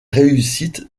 réussite